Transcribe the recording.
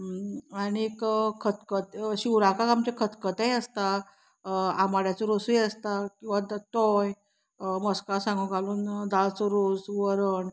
आनीक खतखतें शिवराकाक आमचें खतखतेंय आसता आंबाड्याचो रोसूय आसता किंवां तोय मस्का सांगो घालून दाळचो रोस वरण